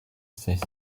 states